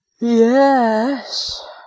Yes